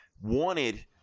wanted